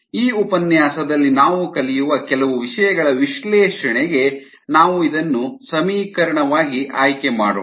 ಈ ಉಪನ್ಯಾಸದಲ್ಲಿ ನಾವು ಕಲಿಯುವ ಕೆಲವು ವಿಷಯಗಳ ವಿಶ್ಲೇಷಣೆಗೆ ನಾವು ಇದನ್ನು ಸಮೀಕರಣವಾಗಿ ಆಯ್ಕೆ ಮಾಡೋಣ